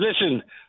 Listen